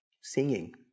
singing